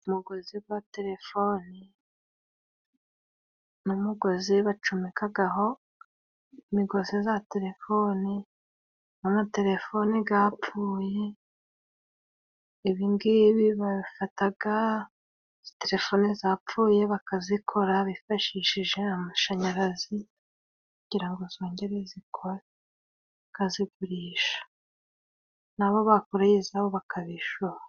Umugozi wa telefone ni umugozi bacomekagaho imigozi za telefone n'amatelefoni gapfuye. Ibingibi bafataga telefoni zapfuye bakazikora bifashishije amashanyarazi kugira ngo zongere zikore bakazigurisha n'abo bakoreye izabo bakabishura.